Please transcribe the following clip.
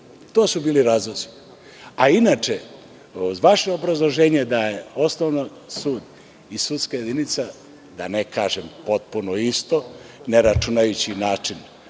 To su bili razlozi. Inače, uz vaše obrazloženje da osnovni je sud i sudska jedinica da ne kažem potpuno isto, ne računajući način